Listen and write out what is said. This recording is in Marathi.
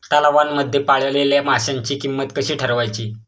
तलावांमध्ये पाळलेल्या माशांची किंमत कशी ठरवायची?